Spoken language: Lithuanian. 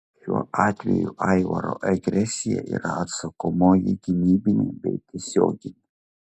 šiuo atveju aivaro agresija yra atsakomoji gynybinė bei tiesioginė